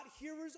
hearers